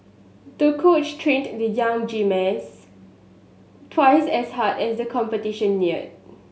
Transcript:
the coach trained the young gymnast twice as hard as the competition neared